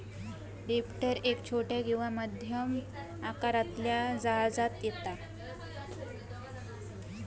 drifter एक छोट्या किंवा मध्यम आकारातल्या जहाजांत येता